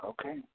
Okay